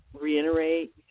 reiterate